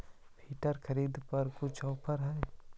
Filter खरिदे पर कुछ औफर है का?